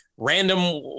random